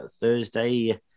Thursday